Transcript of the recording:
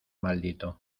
maldito